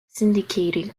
syndicated